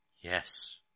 Yes